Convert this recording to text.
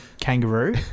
kangaroo